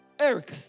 Eric